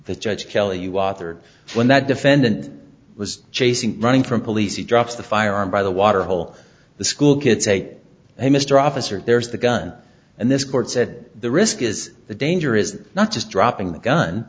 the judge kelly you authored when that defendant was chasing running from police he drops the firearm by the waterhole the school kid say hey mr officer there's the gun and this court said the risk is the danger is not just dropping the gun